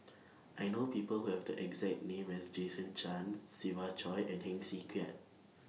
I know People Who Have The exact name as Jason Chan Siva Choy and Heng Swee Keat